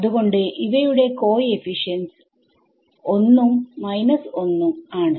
അതുകൊണ്ട് ഇവയുടെ കോഎഫിശ്യന്റ്സ് 1ഉം 1ഉം ആണ്